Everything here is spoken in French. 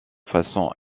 façon